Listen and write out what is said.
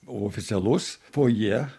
oficialus fojė